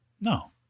No